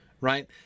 right